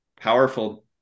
powerful